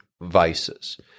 vices